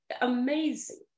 amazing